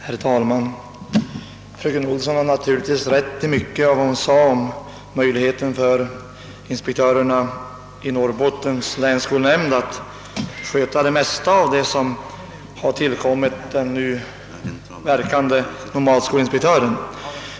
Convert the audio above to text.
Herr talman! Fröken Olsson har naturligtvis rätt i mycket av vad hon sade om möjligheterna för inspektörerna i Norrbottens länsskolnämnd att sköta det mesta av det som har ankommit på den nu verkande nomadskolinspektören.